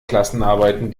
klassenarbeiten